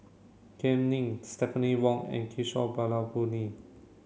Kam Ning Stephanie Wong and Kishore Mahbubani